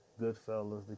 Goodfellas